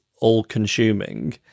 all-consuming